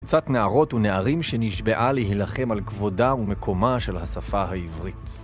קבוצת נערות ונערים שנשבעה להילחם על כבודה ומקומה של השפה העברית.